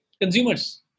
consumers